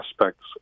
aspects